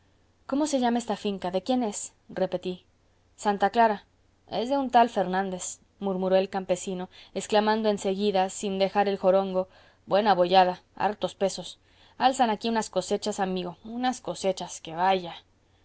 cómo se llama esta finca de quién es repetí santa clara es de un tal fernández murmuró el campesino exclamando en seguida sin dejar el jorongo buena boyada hartos pesos alzan aquí unas cosechas amigo unas cosechas que vaya